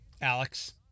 Alex